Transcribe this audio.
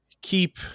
keep